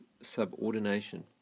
subordination